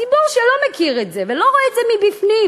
הציבור שלא מכיר את זה ולא רואה את זה מבפנים,